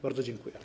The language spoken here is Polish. Bardzo dziękuję.